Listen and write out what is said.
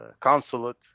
consulate